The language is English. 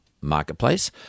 Marketplace